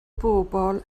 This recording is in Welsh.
bobol